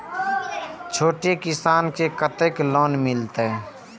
छोट किसान के कतेक लोन मिलते?